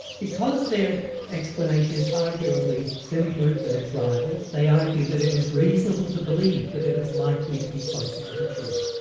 because their explanation is arguably simpler than its rivals, they argue that it is reasonable to believe that it is likely to be closer to the truth.